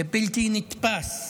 זה בלתי נתפס,